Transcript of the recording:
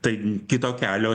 tai kito kelio